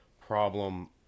problem